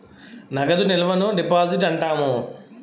నగదు నిల్వను డిపాజిట్ అంటాము